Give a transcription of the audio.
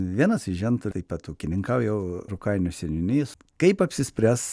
vienas iš žentų taip pat ūkininkauja jau rukainių seniūnys kaip apsispręs